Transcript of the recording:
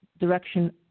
direction